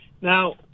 Now